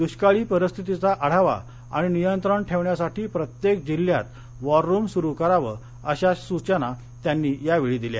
दृष्काळी परिस्थितीचा आढावा आणि नियंत्रण ठेवण्यासाठी प्रत्येक जिल्ह्यात वॉररुम सुरु करावं अश्या त्यांनी सूचना दिल्या